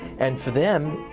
and for them,